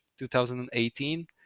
2018